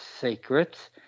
secrets